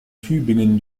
tübingen